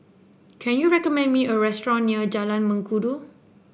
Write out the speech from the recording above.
can you recommend me a restaurant near Jalan Mengkudu